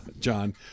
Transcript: John